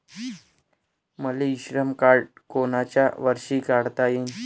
मले इ श्रम कार्ड कोनच्या वर्षी काढता येईन?